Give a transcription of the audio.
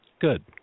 Good